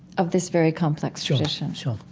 of this very complex tradition sure,